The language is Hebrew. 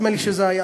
נדמה לי שזה היה,